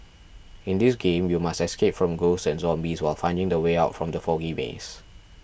in this game you must escape from ghosts and zombies while finding the way out from the foggy maze